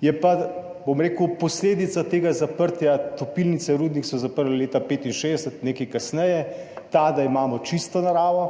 je pa, bom rekel, posledica tega zaprtja topilnice – rudnik so zaprli leta 1965, nekaj kasneje – ta, da imamo čisto naravo,